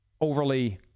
overly